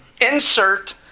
Insert